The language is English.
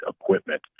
equipment